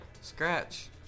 Scratch